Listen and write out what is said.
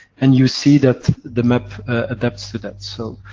and you see that the map adapts to that. so,